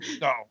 No